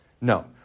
No